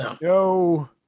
No